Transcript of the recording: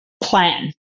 plan